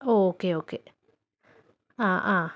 okay okay ആ ആ